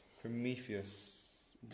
Prometheus